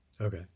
okay